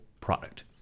product